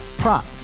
prop